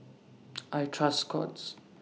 I Trust Scott's